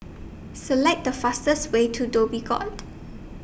Select The fastest Way to Dhoby Ghaut